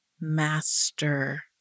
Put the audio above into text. master